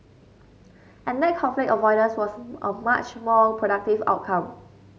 and that conflict avoidance was a much more productive outcome